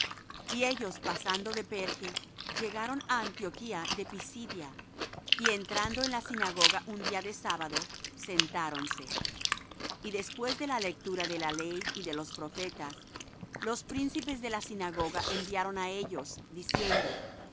y ellos pasando de perge llegaron á antioquía de pisidia y entrando en la sinagoga un día de sábado sentáronse y después de la lectura de la ley y de los profetas los príncipes de la sinagoga enviaron á ellos diciendo